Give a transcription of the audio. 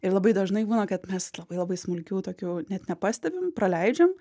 ir labai dažnai būna kad mes labai labai smulkių tokių net nepastebim praleidžiam